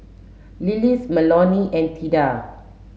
Lillis Melonie and Theda